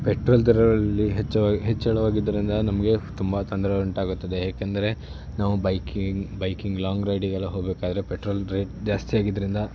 petrol ದರದಲ್ಲಿ ಹೆಚ್ಚಳ ಹೆಚ್ಚಳವಾಗಿದ್ದರಿಂದ ನಮಗೆ ಫ್ ತುಂಬ ತೊಂದರೆ ಉಂಟಾಗುತ್ತದೆ ಏಕೆಂದರೆ ನಾವು ಬೈಕಿನ ಬೈಕಿಂಗ್ ಲಾಂಗ್ ರೈಡಿಗೆಲ್ಲ ಹೋಗ್ಬೇಕಾದ್ರೆ ಪೆಟ್ರೋಲ್ ರೇಟ್ ಜಾಸ್ತಿಯಾಗಿದ್ದರಿಂದ